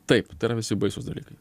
taip tai yra visi baisūs dalykai